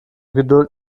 geduld